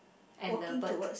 and the bird